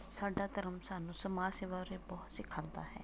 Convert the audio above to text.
ਸਾਡਾ ਧਰਮ ਸਾਨੂੰ ਸਮਾਜ ਸੇਵਾ ਬਾਰੇ ਬਹੁਤ ਸਿਖਾਉਂਦਾ ਹੈ